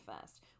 first